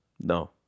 No